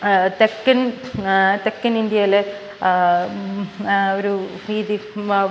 തെക്കൻ ആ തെക്കൻ ഇന്ത്യയിൽ ആ ഒരു ഇത്